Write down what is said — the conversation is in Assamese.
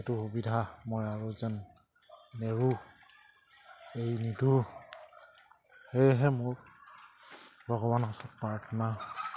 সেইটো সুবিধা মই আৰু যেন নেৰো এই নিদো সেয়েহে মোৰ ভগৱানৰ ওচৰত প্ৰাৰ্থনা